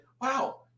wow